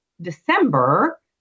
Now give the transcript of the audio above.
December